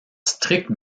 stricte